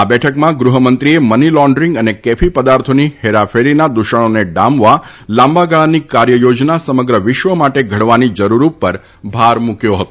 આ બેઠકમાં ગૃહમંત્રીએ મની લોન્ડરીંગ અને કેફી પદાર્થોની હેરાફેરીના દૂષણોને ડામવા લાંબાગાળાની કાર્યયોજના સમગ્ર વિશ્વ માટે ઘડવાની જરૂર ઉપર ભાર મૂક્યો હતો